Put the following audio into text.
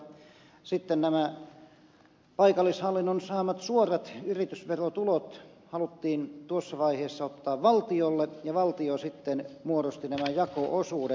sitten nämä paikallishallinnon saamat suorat yritysverotulot haluttiin tuossa vaiheessa ottaa valtiolle ja valtio sitten muodosti nämä jako osuudet